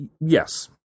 Yes